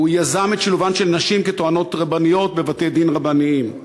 הוא יזם את שילובן של נשים כטוענות רבניות בבתי-דין רבניים,